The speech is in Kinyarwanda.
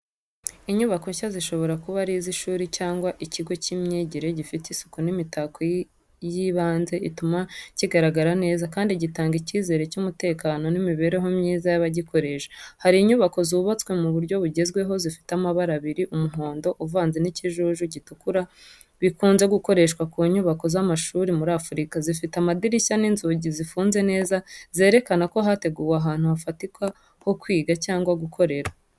Inyubako nshya zishobora kuba ari iz'ishuri cyangwa ikigo cy'imyigire, gifite isuku n'imitako y'ibanze ituma kigaragara neza kandi gitanga icyizere cy’umutekano n’imibereho myiza y’abagikoresha. Hari inyubako zubatswe mu buryo bugezweho, zifite amabara abiri umuhondo uvanze n'ikijuju gitukura bikunze gukoreshwa ku nyubako z’amashuri muri Afurika. Zifite amadirishya n’inzugi zifunze neza zerekana ko hateguwe ahantu hafatika ho kwigira cyangwa gukorera.